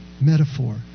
metaphor